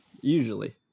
usually